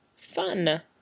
Fun